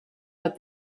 but